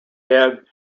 head